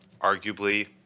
Arguably